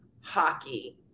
hockey